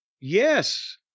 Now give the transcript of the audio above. Yes